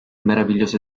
meraviglioso